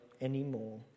anymore